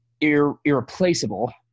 irreplaceable